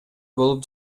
болуп